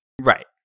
Right